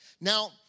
Now